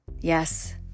Yes